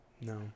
No